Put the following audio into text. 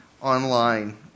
online